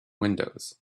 windows